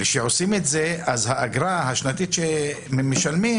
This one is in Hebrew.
וכשעושים את זה, האגרה השנתית שמשלמים,